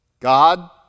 God